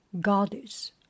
goddess